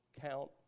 count